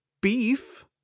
beef